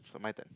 so my turn